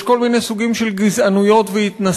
יש כל מיני סוגים של גזענויות והתנשאויות,